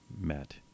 met